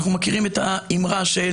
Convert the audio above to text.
אנחנו מכירים את האמרה של